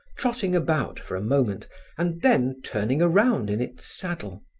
trotting about for a moment and then turning around in its saddle.